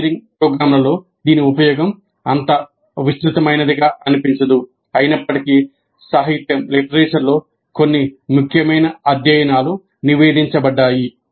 engineering ప్రోగ్రామ్లలో దీని ఉపయోగం అంత విస్తృతమైనదిగా అనిపించదు అయినప్పటికీ సాహిత్యంలో కొన్ని ముఖ్యమైన అధ్యయనాలు నివేదించబడ్డాయి